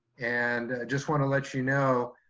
and just wanna let you know,